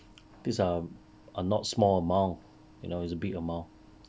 these are are not small amount you know it's a big amount